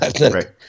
Right